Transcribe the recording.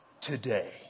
today